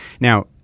Now